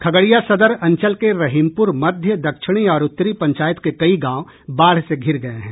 खगड़िया सदर अंचल के रहिमपुर मध्य दक्षिणी और उत्तरी पंचायत के कई गांव बाढ़ से घिर गये हैं